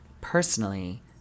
personally